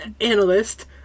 analyst